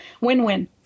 Win-win